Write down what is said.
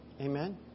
Amen